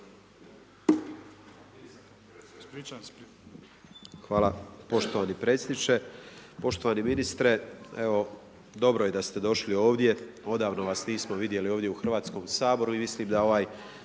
Hvala poštovani predsjedniče. Poštovani ministre, dobro je da ste došli ovdje, odavno vas nismo vidjeli ovdje u Hrvatskom saboru, i mislim da ovaj